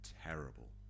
terrible